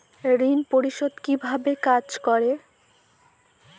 ঋণ পরিশোধ কিভাবে কাজ করে?